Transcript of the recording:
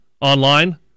online